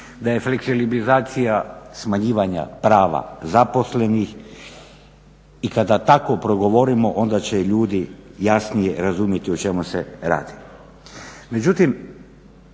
da je fleksibilizacija smanjivanja prava zaposlenih. I kada tako progovorimo onda će ljudi jasnije razumjeti o čemu se radi.